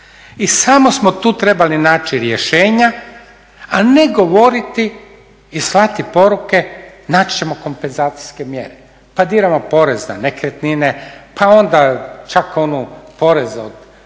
I samo smo tu trebali naći rješenja, a ne govoriti i slati poruke naći ćemo kompenzacijske mjere, pa diramo porez na nekretnine, pa onda čak onu porez na